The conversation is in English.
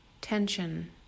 tension